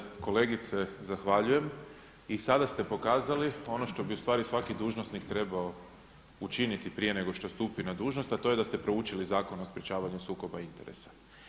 Ja vam se kolegice zahvaljujem i sada ste pokazali ono što bi u stvari svaki dužnosnik trebao učiniti prije nego što stupi na dužnost, a to je da ste proučili Zakon o sprječavanju sukoba interesa.